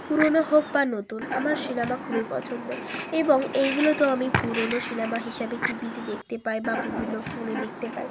পুরনো হোক বা নতুন আমার সিনেমা খুবই পছন্দ এবং এইগুলো তো আমি পুরনো সিনেমা হিসাবে টিভিতে দেখতে পাই বা বিভিন্ন ফোনে দেখতে পাই